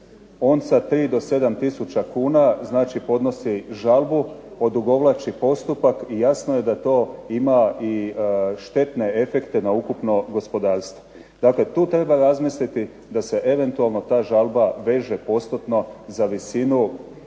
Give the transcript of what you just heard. on sa 3 do 7 tisuća kuna podnosi žalbu, odugovlači postupak i jasno je da to ima štetne efekte na ukupno gospodarstvo. Dakle, tu treba razmisliti da se eventualno ta žalba veže postotno za visinu vrijednosti